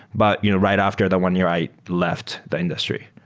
but you know right after the one year, i left the industry.